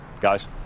Guys